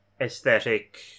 aesthetic